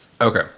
Okay